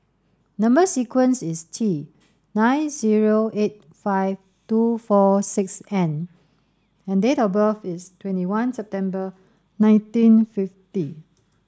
number sequence is T nine zero eight five two four six N and date of birth is twenty one September nineteen fifty